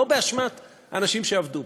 לא באשמת האנשים שעבדו,